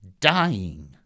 dying